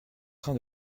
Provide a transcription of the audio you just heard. train